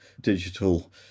digital